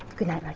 goodnight, like